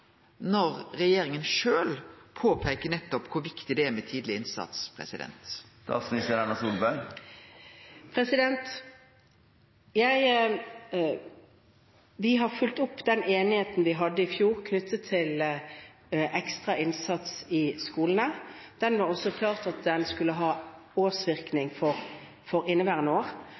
innsats? Vi har fulgt opp den enigheten vi hadde i fjor knyttet til ekstra innsats i skolen. Det var klart at den skulle ha virkning for inneværende år